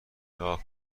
راه